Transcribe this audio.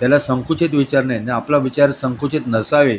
त्याला संकुचित विचार नाय आपला विचार संकुचित नसावे